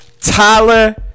Tyler